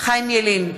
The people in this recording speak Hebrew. חיים ילין,